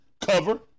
Cover